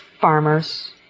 farmers